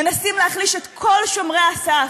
מנסים להחליש את כל שומרי הסף,